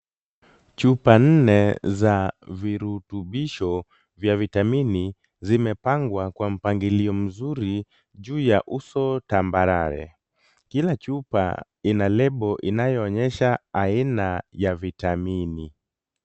Chupa nne za virutubisho vya vitamini zimepangwa kwa mpangilio mzuri juu ya uso tambarare. Kila chupa ina lebo inayoonyesha aina ya vitamini.